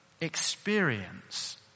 experience